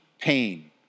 pain